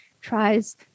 tries